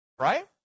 right